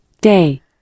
Day